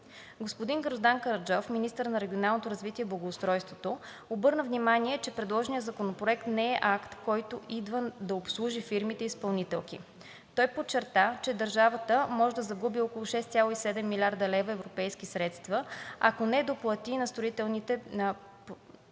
Господин Гроздан Караджов – министър на регионалното развитие и благоустройството, обърна внимание, че предложеният законопроект, не е акт, който идва да обслужи фирмите изпълнителки. Той подчерта, че държавата може да загуби около 6,7 млрд. лв. европейски средства, ако не доплати на строителите